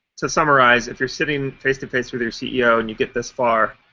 to summarize, if you're sitting face to face with your ceo and you get this far,